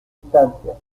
estancias